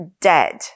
dead